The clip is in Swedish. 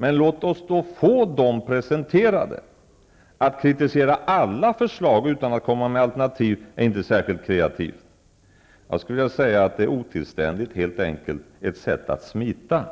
Men låt oss då få dem presenterade! Att kritisera alla förslag utan att komma med alternativ är inte särskilt kreativt. Jag skulle vilja säga att det är otillständigt, ja, helt enkelt ett sätt att smita.